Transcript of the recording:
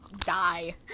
die